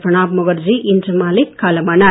பிரணாப் முகர்ஜி இன்று மாலை காலமானார்